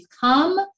come